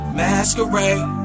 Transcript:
masquerade